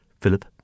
Philip